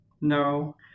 No